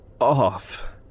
Off